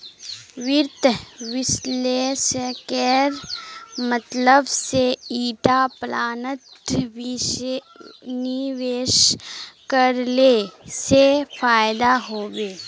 वित्त विश्लेषकेर मतलब से ईटा प्लानत निवेश करले से फायदा हबे